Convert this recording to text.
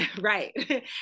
right